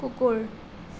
কুকুৰ